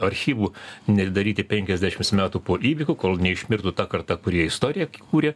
archyvų neatidaryti penkiasdešimt metų po įvykių kol neišmirtų ta karta kurie istoriją kūrė